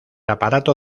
aparato